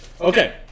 Okay